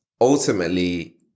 ultimately